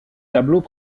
tableaux